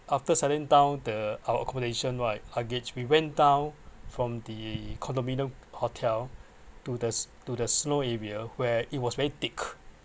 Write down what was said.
after settling down the our accommodation right again we went down from the condominium hotel to the to the snow area where it was very thick